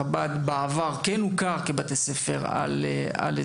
בעבר חב"ד כן הוכר כבתי ספר על-אזוריים,